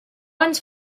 ens